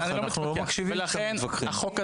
אנחנו לא מקשיבים אם אתם מתווכחים.